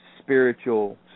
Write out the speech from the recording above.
spiritual